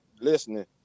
listening